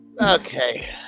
Okay